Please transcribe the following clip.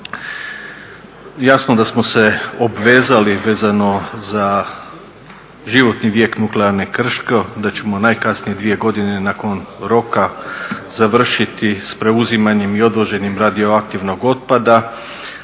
Jasno da smo se obvezali vezano za životni vijek Nuklearne elektrane Krško da ćemo najkasnije nakon dvije godine nakon roka završiti sa preuzimanjem i odvoženjem radioaktivnog otpada